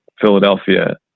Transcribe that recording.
Philadelphia